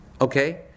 Okay